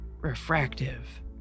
refractive